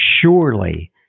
surely